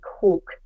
cook